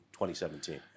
2017